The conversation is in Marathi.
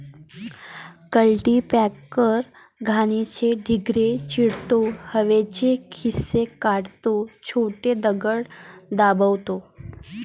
कल्टीपॅकर घाणीचे ढिगारे चिरडतो, हवेचे खिसे काढतो, छोटे दगड दाबतो